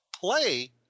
play